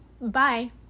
bye